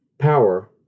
power